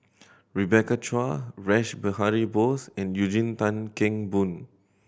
Rebecca Chua Rash Behari Bose and Eugene Tan Kheng Boon